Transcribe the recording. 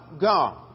God